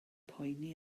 poeni